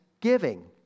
giving